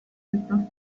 piuttosto